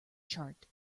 chart